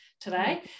today